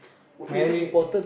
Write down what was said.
married eh